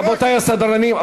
רבותי הסדרנים.